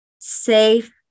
safe